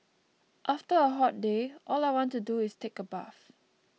after a hot day all I want to do is take a bath